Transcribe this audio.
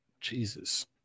jesus